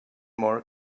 more